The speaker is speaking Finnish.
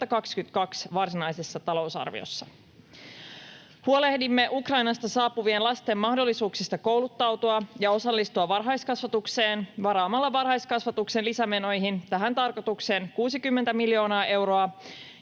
2022 varsinaisessa talousarviossa. Huolehdimme Ukrainasta saapuvien lasten mahdollisuuksista kouluttautua ja osallistua varhaiskasvatukseen varaamalla varhaiskasvatuksen lisämenoihin tähän tarkoitukseen 60 miljoonaa euroa